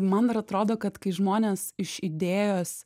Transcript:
man dar atrodo kad kai žmonės iš idėjos